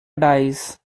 dies